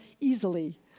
easily